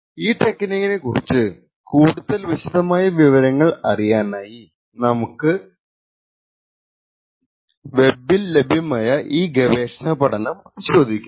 ഈ ടെക്നിക്കിനെ കുറിച്ചു കൂടുതൽ വിശദമായ വിവരങ്ങൾ അറിയാനായി നമുക്ക് വെബ്ബിൽ ലഭ്യമായ ഈ ഗവേഷണ പഠനം പരിശോധിക്കാം